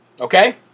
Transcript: Okay